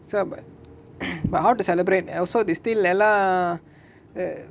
so but but how to celebrate also they still எல்லா:ella